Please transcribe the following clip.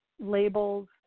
labels